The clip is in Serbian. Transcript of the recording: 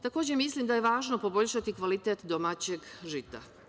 Takođe, mislim da je važno poboljšati kvalitet domaćeg žita.